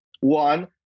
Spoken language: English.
one